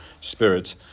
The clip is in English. spirit